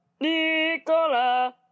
Nicola